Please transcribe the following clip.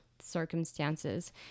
circumstances